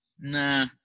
nah